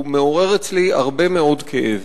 הוא מעורר אצלי הרבה מאוד כאב.